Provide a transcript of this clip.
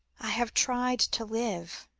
i have tried to live,